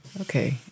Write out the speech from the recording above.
okay